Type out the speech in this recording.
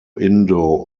indo